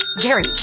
Gary